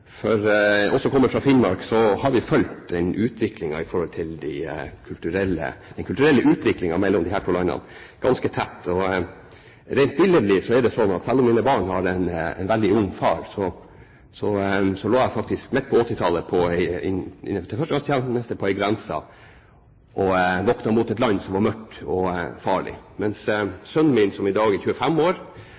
for der var det faktisk mye bra. Jeg skal ikke framstå som noen mørkemann fra denne talerstolen i denne saken. Vi som kommer fra Finnmark, har fulgt den kulturelle utviklingen mellom disse to landene ganske tett. Rent billedlig er det sånn – selv om mine barn har en veldig ung far – at jeg faktisk midt på 1980-tallet under førstegangstjenesten lå og voktet grensen mot et land som var mørkt og farlig, mens sønnen min, som i dag er 25 år,